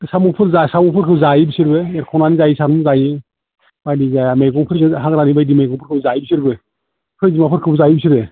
साम'फोर जासावफोरखौ जायो बिसोरबो एरख'नानै जायो साम' जायो बायदि जायो मैगंफोरखौबो हाग्रानि बायदि मैगंफोरखौ जायो बिसोरबो खैजिमाफोरखौबो जायो बिसोरो